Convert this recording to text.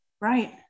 Right